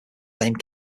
same